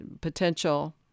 potential